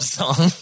song